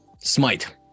smite